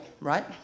right